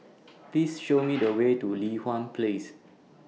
Please Show Me The Way to Li Hwan Place